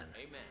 Amen